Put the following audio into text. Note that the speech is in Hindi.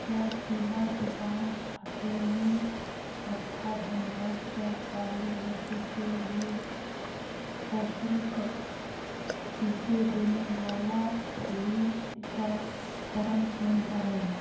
क्या ज़िला दिबांग घाटी में अठारह धन वर्ष आयु वर्ग के लिए सशुल्क टीके देने वाला कोई टीकाकरण केंद्र है